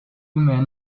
men